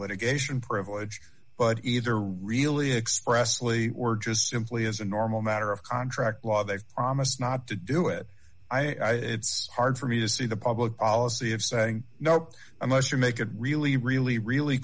litigation privilege but either really expressively we're just simply as a normal matter of contract law they promise not to do it i it's hard for me to see the public policy of saying no unless you make it really really really